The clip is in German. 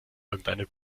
irgendeine